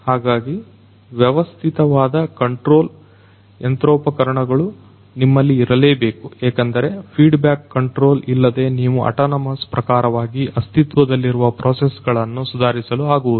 ಹಾಗಾಗಿ ವ್ಯವಸ್ಥಿತವಾದ ಕಂಟ್ರೋಲ್ ಯಂತ್ರೋಪಕರಣಗಳು ನಿಮ್ಮಲ್ಲಿ ಇರಲೇಬೇಕು ಏಕೆಂದರೆ ಫೀಡ್ ಬ್ಯಾಕ್ ಕಂಟ್ರೋಲ್ ಇಲ್ಲದೆ ನೀವು ಆಟಾನಮಸ್ ಪ್ರಕಾರವಾಗಿ ಅಸ್ತಿತ್ವದಲ್ಲಿರುವ ಪ್ರೋಸೆಸ್ ಗಳನ್ನು ಸುಧಾರಿಸಲು ಆಗುವುದಿಲ್ಲ